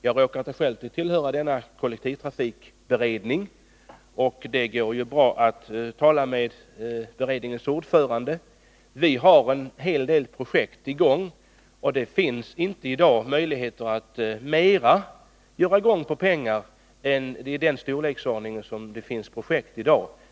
Jag råkar tillhöra kollektivtrafikberedningen, och det går också bra att tala med beredningens ordförande. Vi har en hel del projekt i gång, och det finns i dag inte möjlighet att använda pengar för projekt av annan storleksordning.